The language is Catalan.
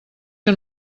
que